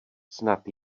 snad